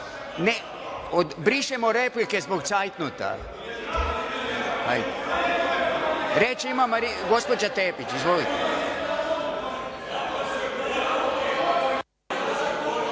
Tepić. Brišemo replike zbog cajtnota. Reč ima gospođa Tepić. Izvolite.